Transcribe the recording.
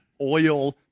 oil